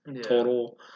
total